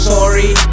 Sorry